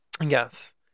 Yes